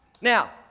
Now